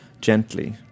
gently